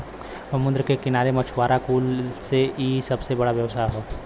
समुंदर के किनारे मछुआरा कुल से इ सबसे बड़ा व्यवसाय हौ